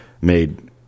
made